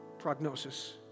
prognosis